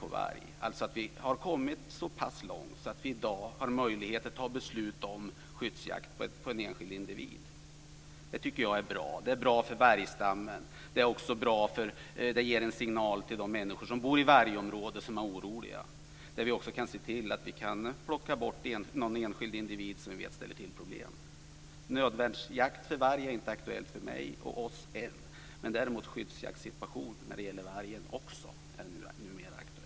Vi har i dag kommit så pass långt att vi har möjlighet att ta beslut om skyddsjakt på en enskild individ. Jag tycker att det är bra. Det är bra för vargstammen, och det ger även en signal till oroliga människor som bor i vargområden. Vi kan plocka bort någon enskild individ som vi vet ställer till problem. Nödvärnsjakt på varg är ännu inte aktuell för mig och oss, men däremot är det numera aktuellt med skyddsjakt också när det gäller varg.